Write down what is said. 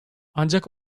ancak